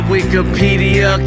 Wikipedia